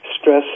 stress